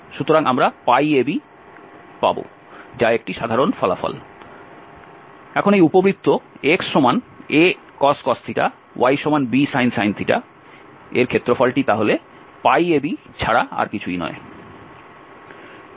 সুতরাং আমরা abপাব যা একটি সাধারণ ফলাফল যে এই উপবৃত্ত xacos ybsin এর ক্ষেত্রফলটি ab ছাড়া আর কিছুই নয়